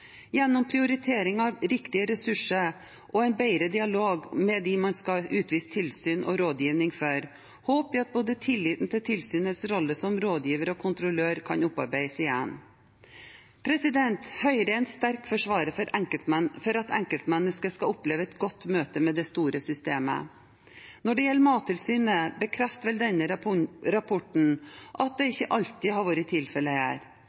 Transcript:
Gjennom prioritering av riktige ressurser og en bedre dialog med dem man skal utvise tilsyn og rådgiving overfor, håper vi at tilliten til tilsynets rolle både som rådgiver og som kontrollør kan opparbeides igjen. Høyre er en sterk forsvarer av at enkeltmennesket skal oppleve et godt møte med det store systemet. Når det gjelder Mattilsynet, bekrefter vel denne rapporten at det ikke alltid har vært tilfellet her.